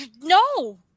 No